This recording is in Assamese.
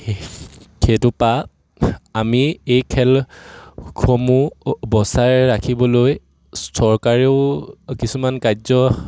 সেইটোৰপৰা আমি এই খেলসমূহ বচাই ৰাখিবলৈ চৰকাৰেও কিছুমান কাৰ্য